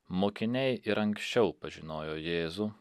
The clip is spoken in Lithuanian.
mokiniai ir anksčiau pažinojo jėzų